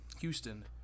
Houston